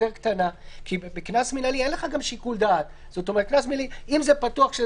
קטנה כי בקנס מינהלי אין לך שיקול דעת אם זה פתוח,